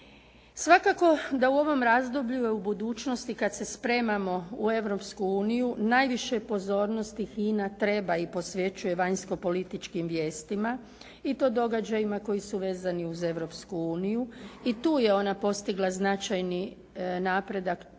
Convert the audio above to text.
Svakako da u ovom razdoblju u budućnosti kad se spremamo u Europsku uniju najviše pozornosti HINA treba i posvećuje vanjsko-političkim vijestima i to događajima koji su vezani uz Europsku uniju i tu je ona postigla značajni napredak